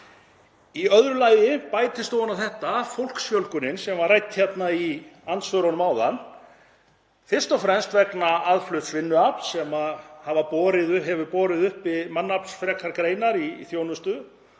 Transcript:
Í öðru lagi bætist ofan á þetta fólksfjölgunin, sem var rædd hérna í andsvörum áðan, fyrst og fremst vegna aðflutts vinnuafls sem hefur borið uppi mannaflsfrekar greinar í þjónustu